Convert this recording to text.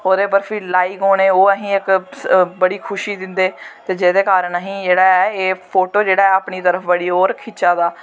ओह्दे पर बी लाईक होने बड़ी खुशी दिंदे ते जेह्दे कारन जेह्ड़ा ऐ पोटो अपनी तरफ गी ओर खिच्चा दा